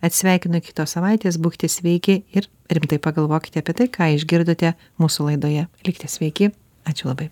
atsisveikinu iki kitos savaitės būkite sveiki ir rimtai pagalvokite apie tai ką išgirdote mūsų laidoje likite sveiki ačiū labai